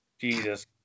Jesus